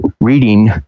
reading